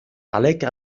عليك